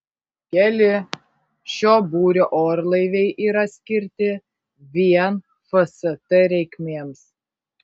keli šio būrio orlaiviai yra skirti vien fst reikmėms